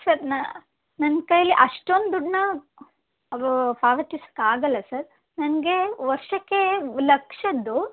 sir ನನ್ನ ಕೈಲಿ ಅಷ್ಟೊಂದು ದುಡ್ಡನ್ನ ಅದು ಪಾವತಿಸಕ್ಕೆ ಆಗೋಲ್ಲ ಸರ್ ನನಗೆ ವರ್ಷಕ್ಕೆ ಲಕ್ಷದ್ದು